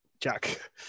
Jack